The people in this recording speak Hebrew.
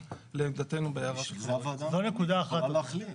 זו נקודה אחת,